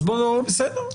אז בסדר.